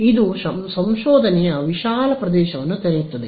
ಇದು ಸಂಶೋಧನೆಯ ವಿಶಾಲ ಪ್ರದೇಶವನ್ನು ತೆರೆಯುತ್ತದೆ